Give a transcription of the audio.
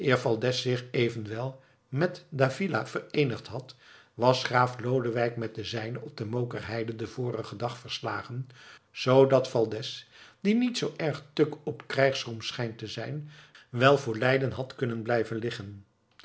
valdez zich evenwel met d avila vereenigd had was graaf lodewijk met de zijnen op de mookerheide den vorigen dag verslagen zoodat valdez die niet zoo erg tuk op krijgsroem schijnt te zijn wel voor leiden had kunnen blijven liggen